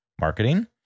marketing